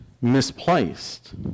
misplaced